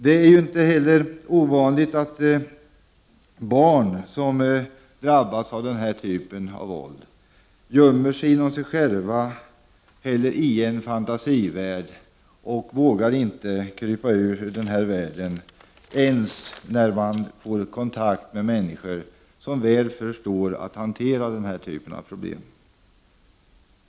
Det är inte heller ovanligt att barn som har drabbats av denna typ av våld gömmer sig inom sig själva eller i en fantasivärld och inte vågar krypa ur den ens när de får kontakt med människor som väl förstår att hantera detta slag av problem.